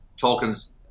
Tolkien's